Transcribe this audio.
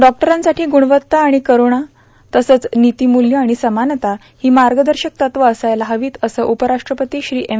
डॉक्टरांसाठी गुणवत्ता आर्गाण करुणा तसंच र्नितीमूल्य आर्गाण समानता हो मागदशक तत्त्व असायला हवीत असं उपराष्ट्रपती श्री एम